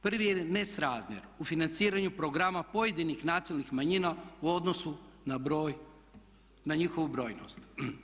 Prvi je nesrazmjer u financiranju programa pojedinih nacionalnih manjina u odnosu na broj, na njihovu brojnost.